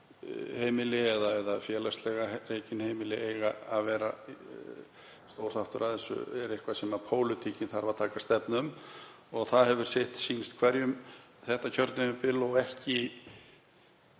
heimili eða félagslega rekin heimili eiga að vera stór þáttur af þessu. Er það eitthvað sem pólitíkin þarf að setja stefnu um? Þar hefur sitt sýnst hverjum þetta kjörtímabil og alls